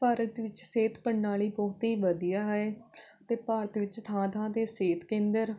ਭਾਰਤ ਵਿੱਚ ਸਿਹਤ ਪ੍ਰਣਾਲੀ ਬਹੁਤ ਹੀ ਵਧੀਆ ਹੈ ਅਤੇ ਭਾਰਤ ਵਿੱਚ ਥਾਂ ਥਾਂ 'ਤੇ ਸਿਹਤ ਕੇਂਦਰ